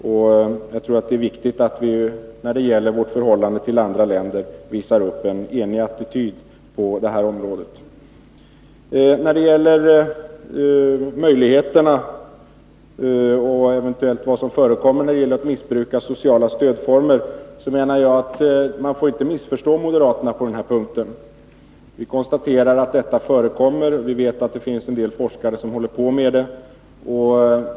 Och jag tror att det är viktigt att vi när det gäller förhållandet till andra länder visar upp en enig attityd. Beträffande vad som eventuellt förekommer i fråga om missbruk av sociala stödformer menar jag att man inte får missförstå moderaterna på den här punkten. Vi konstaterar att detta förekommer. Vi vet att det finns en del forskare som bedriver forskning på detta område.